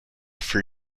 for